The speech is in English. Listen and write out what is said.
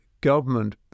government